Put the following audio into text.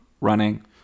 running